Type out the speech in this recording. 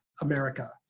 America